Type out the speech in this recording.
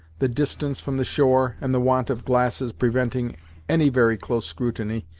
the distance from the shore, and the want of glasses preventing any very close scrutiny,